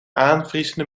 aanvriezende